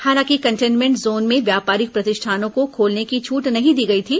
हालांकि containment zone में व्यापारिक प्रतिष्ठानों को खोलने की छट नहीं दी गई थी